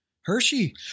Hershey